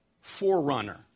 forerunner